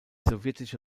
sowjetische